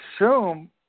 assume –